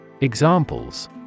Examples